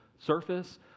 surface